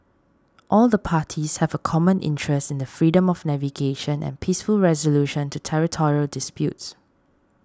all the parties have a common interest in the freedom of navigation and peaceful resolution to territorial disputes